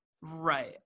Right